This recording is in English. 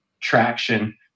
traction